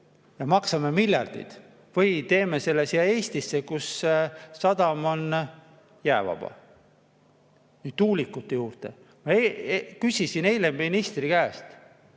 ja maksame miljardeid või teeme selle siia Eestisse, kus sadam on jäävaba? Nüüd, tuulikute juurde. Ma küsisin eile ministri käest,